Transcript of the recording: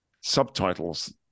subtitles